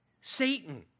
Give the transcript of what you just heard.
Satan